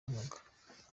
inkunga